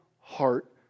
heart